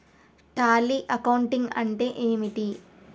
Tally accounting అంటే ఏమిటి?